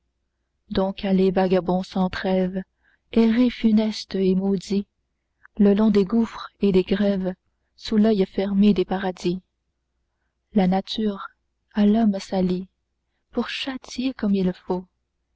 donc allez vagabonds sans trêves errez funestes et maudits le long des gouffres et des grèves sous l'oeil fermé des paradis la nature à l'homme s'allie pour châtier comme il le faut